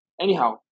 anyhow